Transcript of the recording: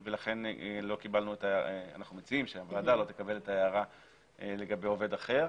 ולכן אנחנו מציעים שהוועדה לא תקבל את ההערה לגבי עובד אחר.